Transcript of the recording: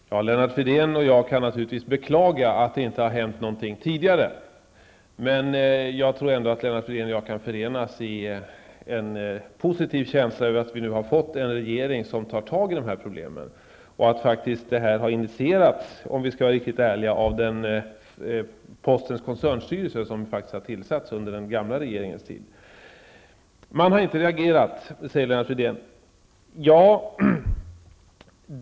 Fru talman! Lennart Fridén och jag kan naturligtvis beklaga att det inte har hänt någonting tidigare, men jag tror ändå att vi kan förenas i en positiv känsla av att vi nu har fått en regering som tar tag i de här problemen. Om vi skall vara riktigt ärliga har detta initierats av postens koncernstyrelse, som faktiskt tillsattes under den förra regeringens tid. Man har inte reagerat, säger Lennart Fridén.